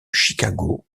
chicago